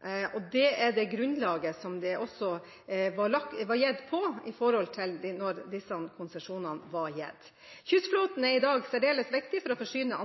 var også på dette grunnlaget disse konsesjonene ble gitt. Kystflåten er i dag særdeles viktig for å forsyne